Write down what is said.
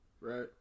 Right